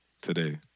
today